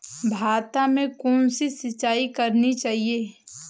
भाता में कौन सी सिंचाई करनी चाहिये?